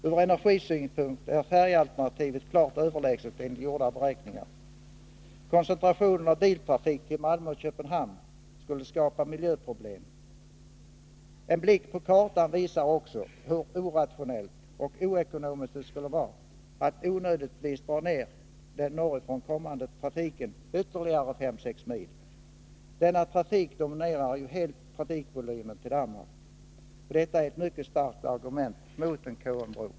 Ur energisynpunkt är färjealternativet klart överlägset, enligt gjorda beräkningar. Koncentrationen av biltrafik till Malmö och Köpenhamn skulle skapa miljöproblem. En blick på kartan visar också hur orationellt och oekonomiskt det skulle vara att onödigtvis dra ned den norrifrån kommande trafiken ytterligare fem sex mil. Denna trafik dominerar ju helt trafiken till Danmark. Detta är ett mycket starkt argument mot en KMS-bro.